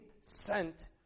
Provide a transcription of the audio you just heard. sent